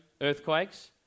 earthquakes